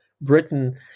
Britain